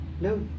No